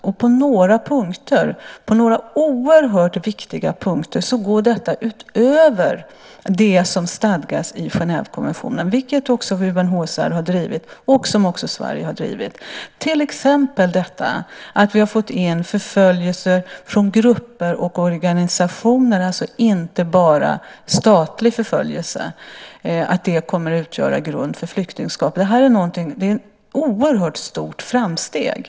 Och på några punkter, några oerhört viktiga punkter, går detta utöver det som stadgas i Genèvekonventionen, något som också UNHCR har drivit och som Sverige har drivit. Det är till exempel att vi har fått in att också förföljelse från grupper och organisationer, alltså inte bara statlig förföljelse, kommer att utgöra grund för flyktingskap. Det är ett oerhört stort framsteg.